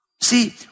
See